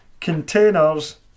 containers